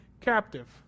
captive